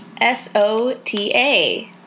S-O-T-A